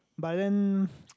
but then